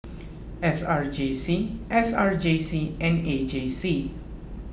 S R J C S R J C and A J C